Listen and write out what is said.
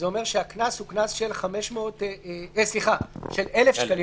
וזה אומר שקנס הוא קנס של 1,000 שקלים